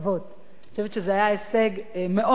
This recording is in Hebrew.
אני חושבת שזה היה הישג מאוד מאוד חשוב